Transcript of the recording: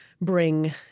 bring